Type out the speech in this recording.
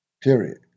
Period